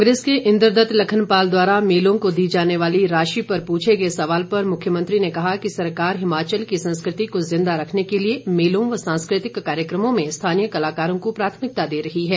कांग्रेस के इंद्रदत्त लखनपाल द्वारा मेलों को दी जाने वाली राशि पर पूछे गए सवाल पर मुख्यमंत्री ने कहा कि सरकार हिमाचल की संस्कृति को जिंदा रखने के लिए मेलों व सांस्कृतिक कार्यक्रमों में स्थानीय कलाकारों को प्राथमिकता दे रही है